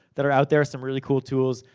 that are out there, some really cool tools.